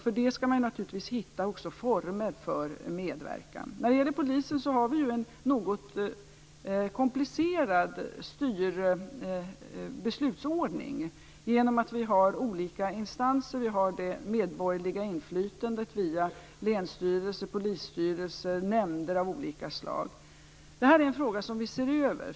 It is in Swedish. Man skall naturligtvis också hitta former för en sådan medverkan. När det gäller polisen har vi en något komplicerad beslutsordning, eftersom vi har olika instanser. Vi har det medborgerliga inflytandet via länsstyrelser, polisstyrelser och nämnder av olika slag. Det här är en fråga som vi ser över.